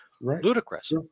ludicrous